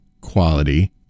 quality